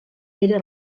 era